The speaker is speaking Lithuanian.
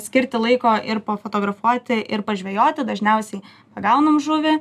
skirti laiko ir pafotografuoti ir pažvejoti dažniausiai pagaunam žuvį